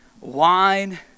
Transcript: wine